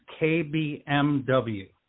KBMW